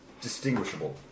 distinguishable